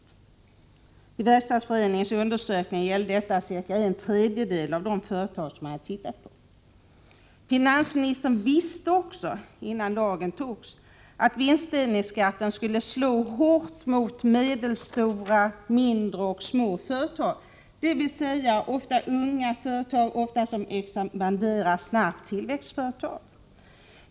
Enligt Verkstadsföreningens undersökning gällde detta ca en tredjedel av de företag som studerats. Finansministern visste vidare, innan lagen antogs, att vinstdelningsskatten skulle slå hårt mot medelstora, mindre och små företag, dvs. ofta unga, snabbt expanderande företag.